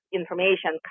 information